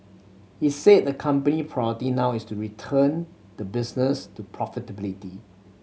he said the company priority now is to return the business to profitability